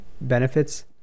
benefits